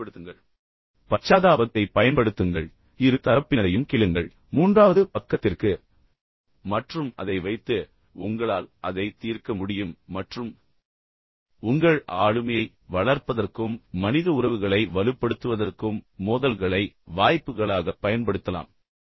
நீங்கள் முதலில் உண்மைகளைப் பெற்றுக்கொள்ளுங்கள் பச்சாதாபத்தைப் பயன்படுத்துங்கள் இரு தரப்பினரையும் கேளுங்கள் பின்னர் மூன்றாவது பக்கத்திற்கு தற்செயலைக் கொடுங்கள் மற்றும் அதை வைத்து உங்களால் அதை தீர்க்க முடியும் மற்றும் உங்கள் ஆளுமையை வளர்ப்பதற்கும் மனித உறவுகளை வலுப்படுத்துவதற்கும் மோதல்களை வாய்ப்புகளாகப் பயன்படுத்தலாம் என்பதை எப்போதும் நினைவில் கொள்ளுங்கள்